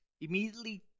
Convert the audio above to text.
Immediately